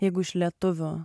jeigu iš lietuvių